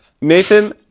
Nathan